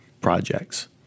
projects